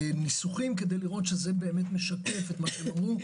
הניסוחים כדי לראות שזה באמת משקף את מה שאמרו,